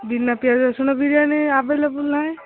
ବିନା ପିଆଜ ରସୁଣ ବିରିୟାନୀ ଆଭେଲେବଲ୍ ନାହିଁ